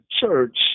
church